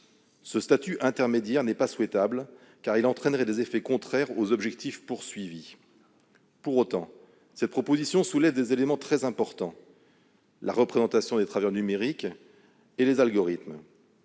Ce statut intermédiaire n'est pas souhaitable, car il entraînerait des effets contraires aux objectifs visés. Pour autant, cette proposition de loi soulève des éléments très importants : la représentation des travailleurs numériques et les algorithmes.